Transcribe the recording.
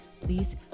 please